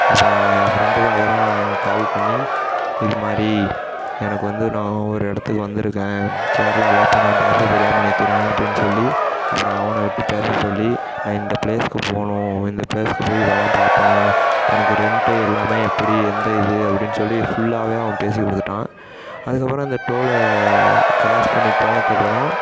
அப்புறம் என் ஃப்ரெண்டுக்காக தான் கால் பண்ணி இது மாதிரி எனக்கு வந்து நான் ஒரு இடத்துக்கு வந்துருக்கேன் கேரளாவில் இப்போ நான் பாஷை தெரியாமல் நிற்கிறேன் அப்படின்னு சொல்லி அப்புறம் அவனை விட்டு பேச சொல்லி நான் இந்த ப்ளேஸ்க்கு போகணும் இந்த ப்ளேஸ்க்கு போய் இதெல்லாம் பார்க்கணும் எனக்கு ரெண்ட்டு எல்லாமே எப்படி எந்த இது அப்படின்னு சொல்லி ஃபுல்லாவே அவன் பேசி கொடுத்துட்டான் அதுக்கப்புறம் இந்த டோலை க்ராஸ் பண்ணி போனத்துக்கப்புறம்